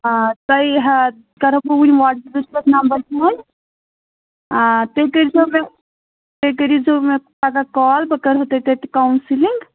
آ تتُہۍ ہا کٔرو بہٕ وِۅنۍ واٹس ایپس پیٚٹھ نمبر سینٛڈ آ تُہۍ کٔرۍزیٚو مےٚ تُہۍ کٔرۍزیٚو مےٚ پَگاہ کال بہٕ کرہوٗ تۅہہِ تتہِ کوٗسیٚلِنٛگ